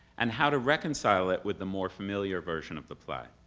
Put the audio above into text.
and how to reconcile it with the more familiar version of the play.